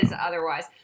otherwise